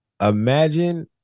Imagine